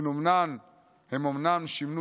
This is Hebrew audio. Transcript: הן אומנם שינו צורה,